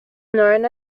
known